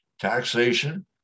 taxation